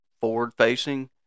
forward-facing